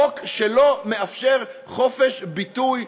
חוק שלא מאפשר חופש ביטוי,